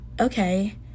okay